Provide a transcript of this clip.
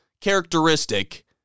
characteristic